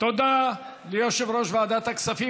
תודה ליושב-ראש ועדת הכספים.